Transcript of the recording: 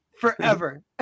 forever